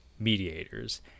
Mediators